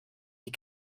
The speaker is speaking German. die